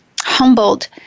humbled